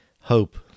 hope